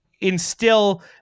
instill